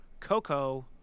Coco